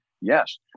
yes